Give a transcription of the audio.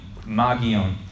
Magion